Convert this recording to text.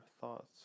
thoughts